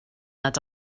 nad